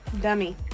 dummy